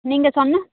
நீங்கள் சொன்ன